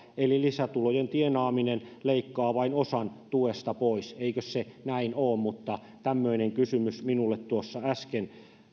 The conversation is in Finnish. eli niin että lisätulojen tienaaminen leikkaa vain osan tuesta pois eikös se näin ole mutta tämmöinen kysymys minulle tuossa äsken